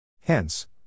Hence